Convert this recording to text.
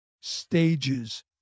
stages